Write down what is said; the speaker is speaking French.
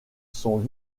sont